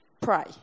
pray